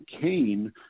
kane